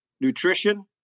nutrition